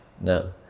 No